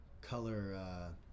Color